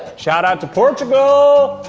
shout out to portugal!